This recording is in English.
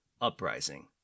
Uprising